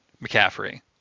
McCaffrey